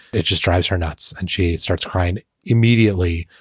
it just drives her nuts and she starts crying immediately.